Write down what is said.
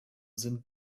sind